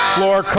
Floor